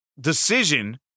decision